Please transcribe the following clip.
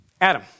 Adam